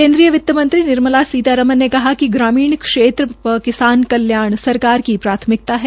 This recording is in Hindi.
केन्द्रीय वित्तमंत्री श्रीमती निर्मला सीतारमन ने कहा कि ग्रामीण क्षेत्र व किसान कल्याण सरकार की प्राथमिकता है